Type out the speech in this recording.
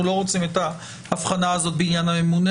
אני לא מאמין שאני מחזיר את עצמנו לעניין הדיוור הדיגיטלי,